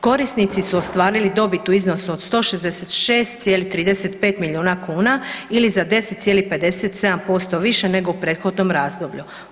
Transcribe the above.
Korisnici su ostvarili dobit u iznosu od 166,35 milijuna kuna ili za 10,57% više nego u prethodnom razdoblju.